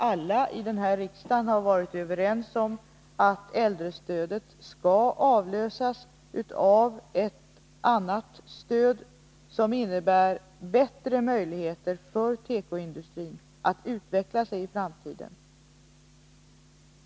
Alla här i riksdagen har väl varit överens om att äldrestödet skall avlösas av ett annat stöd som innebär bättre möjligheter för tekoindustrin att utvecklas i framtiden.